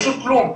פשוט כלום,